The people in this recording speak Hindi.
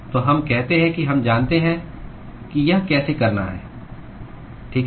तो हम कहते हैं कि हम जानते हैं कि यह कैसे करना है ठीक है